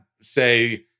say